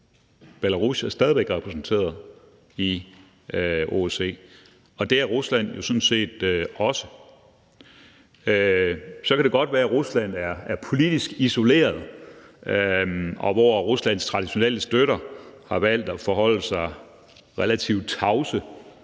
Belarus er stadig væk repræsenteret i OSCE, og det er Rusland sådan set også. Så kan det godt være, at Rusland er politisk isoleret, og at Ruslands traditionelle støtter har valgt at forholde sig relativt tavse